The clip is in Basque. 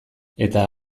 eta